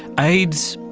aids,